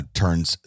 turns